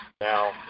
Now